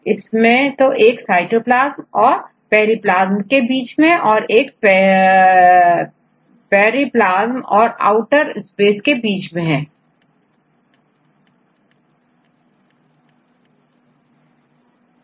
इसमें तो एक साइटोप्लाज्म और परिप्लाज्म के बीच में और एक peroplasm और आउटर स्पेस के बीच में होती है